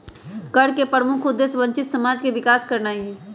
कर के प्रमुख उद्देश्य वंचित समाज के विकास करनाइ हइ